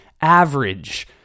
average